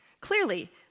Clearly